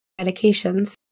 medications